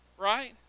right